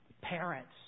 parents